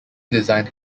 designed